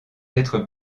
être